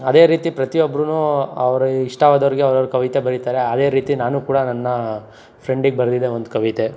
ಅದೇ ರೀತಿ ಪ್ರತಿಯೊಬ್ರು ಅವ್ರ ಇಷ್ಟವಾದವರಿಗೆ ಅವರವ್ರ ಕವಿತೆ ಬರಿತಾರೆ ಅದೇ ರೀತಿ ನಾನು ಕೂಡ ನನ್ನ ಫ್ರೆಂಡಿಗೆ ಬರೆದಿದ್ದೆ ಒಂದು ಕವಿತೆ